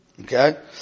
Okay